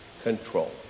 control